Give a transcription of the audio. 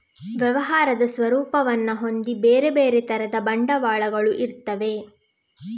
ವ್ಯವಹಾರದ ಸ್ವರೂಪವನ್ನ ಹೊಂದಿ ಬೇರೆ ಬೇರೆ ತರದ ಬಂಡವಾಳಗಳು ಇರ್ತವೆ